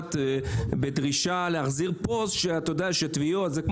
משפט בדרישה להחזיר לבית משפט בדרישה להחזיר פוסט.